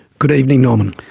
good evening norman.